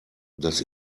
das